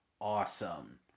awesome